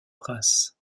princes